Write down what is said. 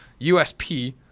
USP